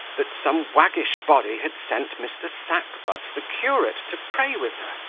that some waggish body had sent mr. sackbut the curate to pray with her.